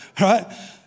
Right